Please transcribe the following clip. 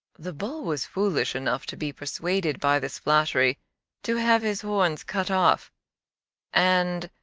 the bull was foolish enough to be persuaded by this flattery to have his horns cut off and,